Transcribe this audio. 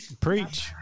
Preach